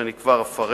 שאני כבר אפרט,